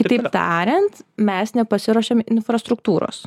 kitaip tariant mes nepasiruošėm infrastruktūros